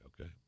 okay